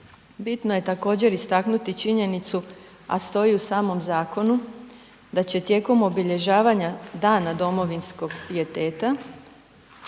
Bitno je također istaknuti činjenicu, a stoji u samom zakonu da će tijekom obilježavanja dana domovinskog pijeteta